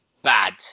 bad